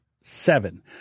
Seven